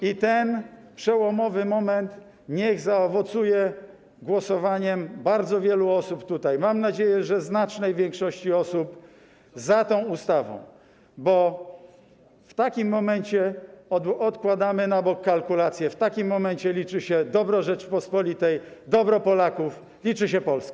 Niech ten przełomowy moment zaowocuje głosowaniem bardzo wielu osób - mam nadzieję, że znacznej większości - za tą ustawą, bo w takim momencie odkładamy na bok kalkulacje, w takim momencie liczy się dobro Rzeczypospolitej, dobro Polaków, liczy się Polska.